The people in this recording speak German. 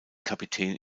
kapitän